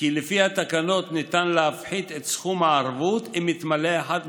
מקור תקציבי להבטחת התשלומים המגיעים